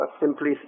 simply